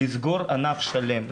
לסגור ענף שלם,